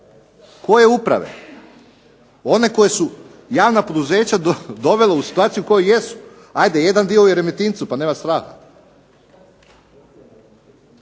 Koje uprave? One koje su javna poduzeća dovela u situaciju u kojoj jesu. Hajde, jedan dio je u Remetincu pa nema straha.